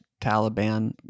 Taliban